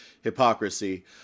hypocrisy